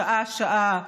שעה-שעה,